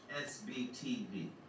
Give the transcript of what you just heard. SBTV